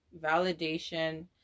validation